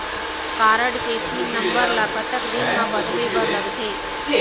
Card के pin number ला कतक दिन म बदले बर लगथे?